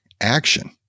action